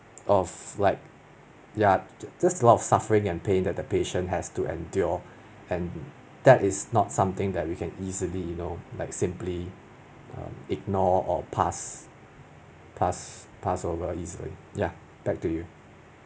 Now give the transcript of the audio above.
of like ya ju~ just a lot of suffering and pain that the patient has to endure and that is not something that we can easily you know like simply um ignore or pass pass pass over easily ya back to you